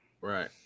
Right